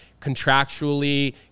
contractually